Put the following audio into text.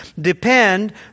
depend